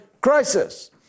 crisis